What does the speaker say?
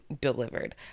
delivered